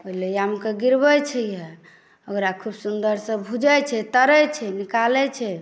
लोहिआमे के गिरबैत छै यए ओकरा खूब सुन्दरसँ भूजैत छै तरैत छै निकालैत छै